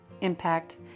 impact